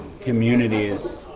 communities